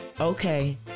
Okay